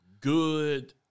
good